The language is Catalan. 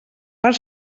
per